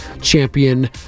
champion